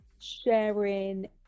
sharing